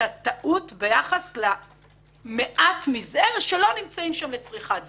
הטעות ביחס למעט מזער שלא נמצאים שם לצריכת זנות.